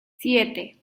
siete